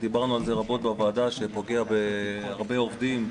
שדיברנו על זה רבות בוועדה, שפוגע בהרבה עובדים.